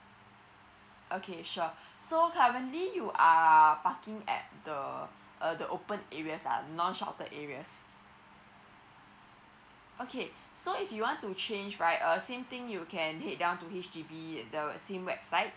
okay sure so currently you are parking at the uh the open areas are non sheltered areas okay so if you want to change right uh same thing you can head down to H_D_B the same website